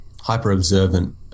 hyper-observant